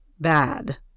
bad